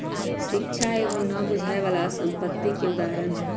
शिक्षा एगो न बुझाय बला संपत्ति के उदाहरण हई